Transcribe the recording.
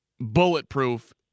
bulletproof